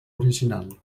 original